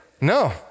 No